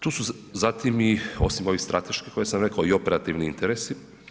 Tu su zatim osim ovih strateških koje sam rekao i operativni interesi.